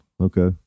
Okay